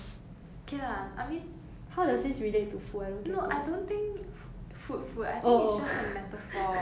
food food I think it's just a metaphor like 就是 just think of it in terms of karma lor like